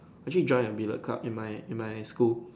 actually joined a billet club in my in my school